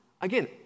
again